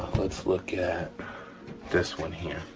let's look at this one here.